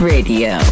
Radio